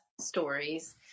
stories